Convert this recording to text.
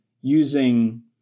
using